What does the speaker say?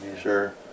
Sure